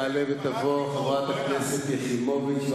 תעלה ותבוא חברת הכנסת שלי יחימוביץ.